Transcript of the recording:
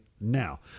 now